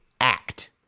act